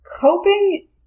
coping